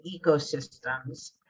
ecosystems